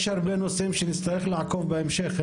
יש הרבה נושאים שנצטרך לעקוב בהמשך.